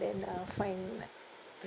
then uh find like to